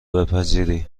بپذیری